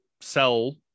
sell